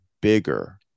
bigger